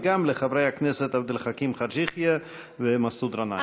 וגם לחברי הכנסת עבד אל חכים חאג' יחיא ומסעוד גנאים.